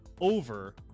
over